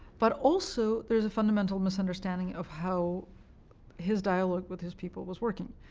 but also, there's a fundamental misunderstanding of how his dialog with his people was working.